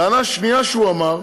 טענה שנייה שלו הייתה